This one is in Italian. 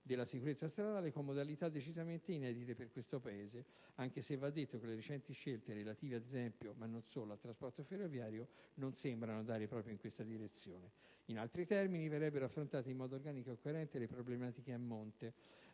della sicurezza stradale con modalità decisamente inedite per questo Paese, anche se va detto che le recenti scelte, relative ad esempio - ma non solo - al trasporto ferroviario, non sembrano andare proprio in questa direzione. In altri termini, verrebbero affrontate in modo organico e coerente le problematiche a monte